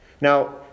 Now